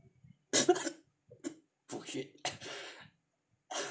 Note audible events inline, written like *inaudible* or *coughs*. *laughs* push it *coughs*